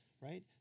right